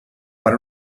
per